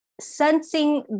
sensing